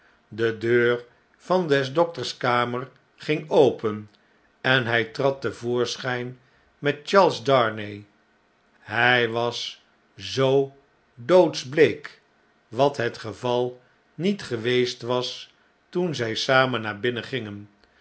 de deur van des dokters kamer ging open en hjj trad te voorschijn met charles darnay hjj was zoo doodsbleek wat hetgevalniet geweest was toen zg samen naar binnen gingen